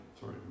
Sorry